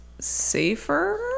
Safer